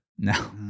No